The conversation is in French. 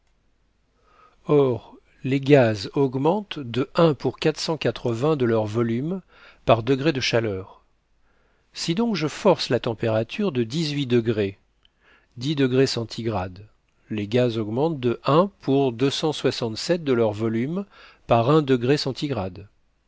or les gaz augmentent de un pour cent de leur volume par degré de chaleur si donc je force la température de dix-huit degrés les gaz augmentent de pour deux cent de leur volume par